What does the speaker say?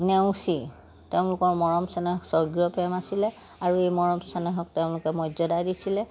নেওচি তেওঁলোকৰ মৰম চেনেহ স্বৰ্গীয় প্ৰেম আছিলে আৰু এই মৰম চেনেহক তেওঁলোকে মৰ্যাদা দিছিলে